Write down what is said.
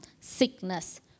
Sickness